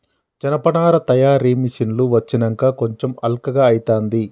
జనపనార తయారీ మిషిన్లు వచ్చినంక కొంచెం అల్కగా అయితాంది